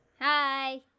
hi